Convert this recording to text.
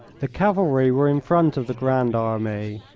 the cavalry were in front of the grande armee,